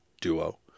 duo